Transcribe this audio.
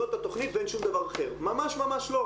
זאת התכנית ואין שום דבר אחר ממש לא.